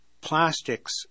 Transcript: plastics